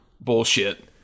bullshit